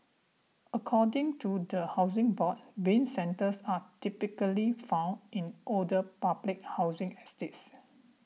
according to the Housing Board Bin centres are typically found in older public housing estates